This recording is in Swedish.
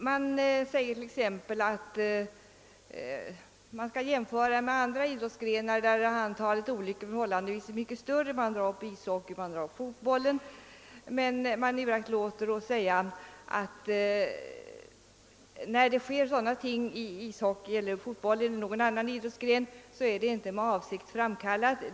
Man säger t.ex. att boxningen skall jämföras med andra idrottsgrenar, där antalet olyckor är förhållandevis mycket större — några nämner ishockey, andra fotboll. Men man uraktlåter att nämna att när sådana här ting sker i ishockey eller fotboll eller någon annan idrottsgren, så är det inte framkallat med avsikt.